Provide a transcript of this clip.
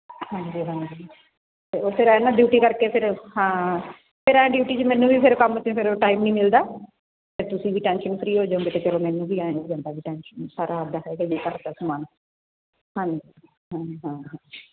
ਹਾਂਜੀ ਹਾਂਜੀ ਅਤੇ ਉਹ ਫਿਰ ਐਂ ਨਾ ਡਿਊਟੀ ਕਰਕੇ ਫਿਰ ਹਾਂ ਫਿਰ ਐਂ ਡਿਊਟੀ 'ਚ ਮੈਨੂੰ ਵੀ ਫਿਰ ਕੰਮ 'ਤੇ ਫਿਰ ਟਾਈਮ ਨਹੀਂ ਮਿਲਦਾ ਅਤੇ ਤੁਸੀਂ ਵੀ ਟੈਨਸ਼ਨ ਫਰੀ ਹੋ ਜੋਂਗੇ ਅਤੇ ਚਲੋ ਮੈਨੂੰ ਵੀ ਐਂ ਹੋ ਜਾਂਦਾ ਵੀ ਟੈਂਸ਼ਨ ਸਾਰਾ ਆਪਣਾ ਹੈਗਾ ਹੀ ਆ ਘਰ ਦਾ ਸਮਾਨ ਹਾਂਜੀ ਹਾਂਜੀ ਹਾਂ ਹਾਂ